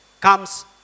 comes